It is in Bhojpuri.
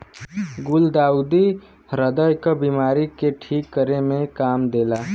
गुलदाउदी ह्रदय क बिमारी के ठीक करे में काम देला